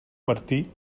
martí